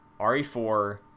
RE4